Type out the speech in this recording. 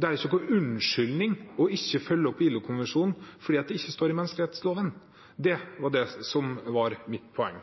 Det er ikke noen unnskyldning å ikke følge opp ILO-konvensjonene fordi det ikke står i menneskerettsloven. Det var det som var mitt poeng.